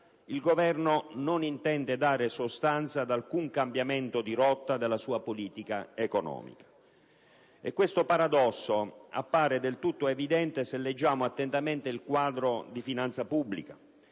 di caduta, non intende dare sostanza ad alcun cambiamento di rotta della sua politica economica. Questo paradosso appare del tutto evidente se leggiamo attentamente il quadro di finanza pubblica